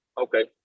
okay